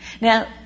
Now